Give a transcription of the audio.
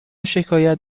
شکایت